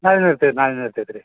ನಾಳೆನೂ ಇರ್ತೈತೆ ನಾಳೇನೂ ಇರ್ತೈತೆ ರೀ